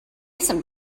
some